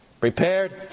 prepared